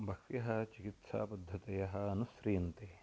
बह्व्यः चिकित्सापद्धतयः अनुस्रियन्ते